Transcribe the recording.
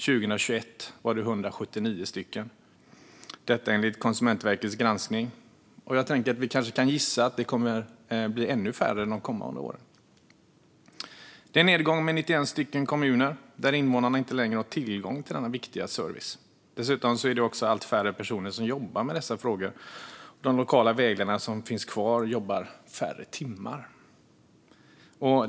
År 2021 var det 179 stycken. Så är det enligt Konsumentverkets granskning. Och vi kanske kan gissa att det kommer att bli ännu färre de kommande åren. Det är en nedgång med 91 stycken kommuner, där invånarna inte längre har tillgång till denna viktiga service. Dessutom är det allt färre personer som jobbar med dessa frågor. Och de lokala vägledare som finns kvar jobbar färre timmar.